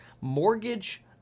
Mortgage